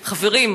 חברים,